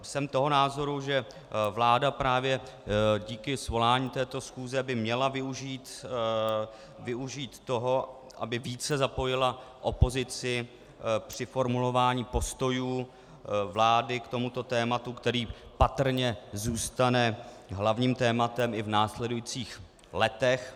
Jsem toho názoru, že vláda právě díky svolání této schůze by měla využít toho, aby více zapojila opozici při formulování postojů vlády k tomuto tématu, které patrně zůstane hlavním tématem i v následujících letech.